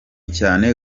cyane